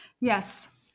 Yes